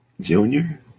Junior